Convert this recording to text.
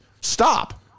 Stop